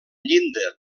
llinda